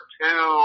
two